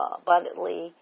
abundantly